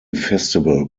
festival